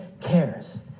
cares